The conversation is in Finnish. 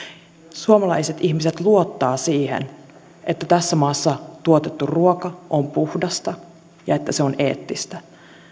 suomalaiset ihmiset luottavat siihen että tässä maassa tuotettu ruoka on puhdasta ja että se on eettistä